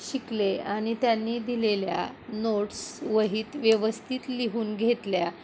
शिकले आणि त्यांनी दिलेल्या नोट्स वहीत व्यवस्थित लिहून घेतल्या